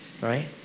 Right